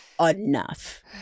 enough